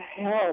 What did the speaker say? help